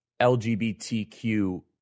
LGBTQ